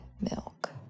Milk